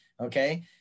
Okay